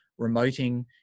remoting